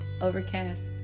Overcast